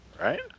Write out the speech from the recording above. right